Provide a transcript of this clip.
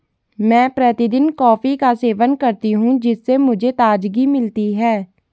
मैं प्रतिदिन कॉफी का सेवन करती हूं जिससे मुझे ताजगी मिलती है